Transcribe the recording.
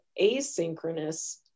asynchronous